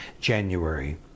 January